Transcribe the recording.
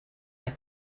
like